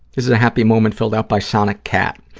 is is a happy moment filled out by sonic cat.